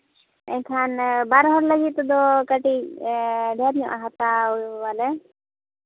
ᱮᱱᱠᱷᱟᱱ ᱵᱟᱨᱦᱚᱲ ᱞᱟᱹᱜᱤᱫ ᱛᱮᱫᱚ ᱠᱟᱹᱴᱤᱡ ᱰᱷᱮᱹᱨ ᱧᱚᱜ ᱦᱟᱛᱟᱣᱟᱞᱮ